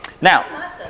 now